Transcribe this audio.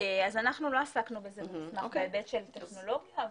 אנחנו לא עסקנו בזה בהיבט של טכנולוגיה,